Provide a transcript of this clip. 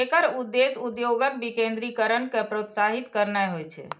एकर उद्देश्य उद्योगक विकेंद्रीकरण कें प्रोत्साहित करनाय होइ छै